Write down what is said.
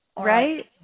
Right